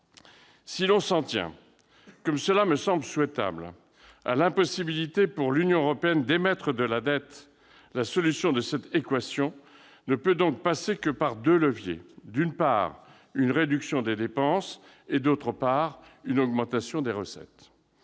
Si l'on s'en tient, comme cela me semble souhaitable, à l'impossibilité pour l'Union européenne d'émettre de la dette, la solution de cette équation ne peut donc passer que par deux leviers : d'une part, une réduction des dépenses et, d'autre part, une augmentation des recettes.